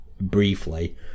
briefly